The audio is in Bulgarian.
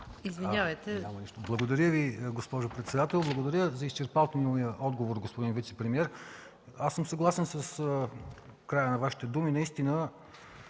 извинявайте,